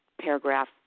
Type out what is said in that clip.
paragraph